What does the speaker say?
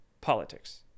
politics